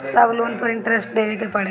सब लोन पर इन्टरेस्ट देवे के पड़ेला?